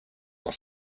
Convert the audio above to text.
dans